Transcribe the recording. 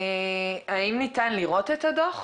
האם ניתן לראות את הדוח?